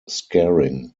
scarring